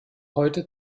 heute